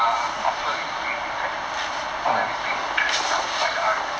err after it is being declared after it is being cleared lah by the R_S_M